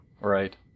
Right